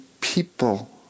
people